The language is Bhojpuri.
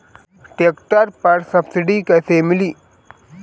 ट्रैक्टर पर सब्सिडी कैसे मिली?